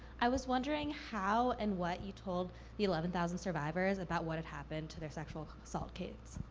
i was wondering how and what you told the eleven thousand survivors about what had happened to their sexual assault kits.